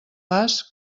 pas